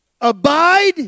Abide